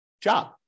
job